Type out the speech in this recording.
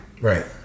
right